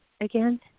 again